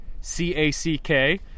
C-A-C-K